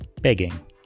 begging